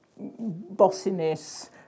bossiness